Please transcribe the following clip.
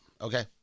okay